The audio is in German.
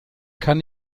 kann